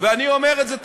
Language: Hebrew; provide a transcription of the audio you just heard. ואני אומר את זה תמיד.